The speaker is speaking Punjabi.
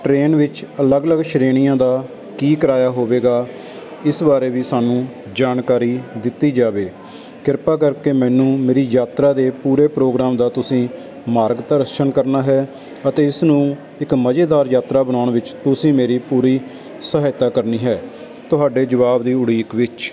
ਟਰੇਨ ਵਿੱਚ ਅਲੱਗ ਅਲੱਗ ਸ਼੍ਰੇਣੀਆਂ ਦਾ ਕੀ ਕਿਰਾਇਆ ਹੋਵੇਗਾ ਇਸ ਬਾਰੇ ਵੀ ਸਾਨੂੰ ਜਾਣਕਾਰੀ ਦਿੱਤੀ ਜਾਵੇ ਕਿਰਪਾ ਕਰਕੇ ਮੈਨੂੰ ਮੇਰੀ ਯਾਤਰਾ ਦੇ ਪੂਰੇ ਪ੍ਰੋਗਰਾਮ ਦਾ ਤੁਸੀਂ ਮਾਰਗ ਦਰਸ਼ਨ ਕਰਨਾ ਹੈ ਅਤੇ ਇਸਨੂੰ ਇੱਕ ਮਜ਼ੇਦਾਰ ਯਾਤਰਾ ਬਣਾਉਣ ਵਿੱਚ ਤੁਸੀਂ ਮੇਰੀ ਪੂਰੀ ਸਹਾਇਤਾ ਕਰਨੀ ਹੈ ਤੁਹਾਡੇ ਜਵਾਬ ਦੀ ਉਡੀਕ ਵਿੱਚ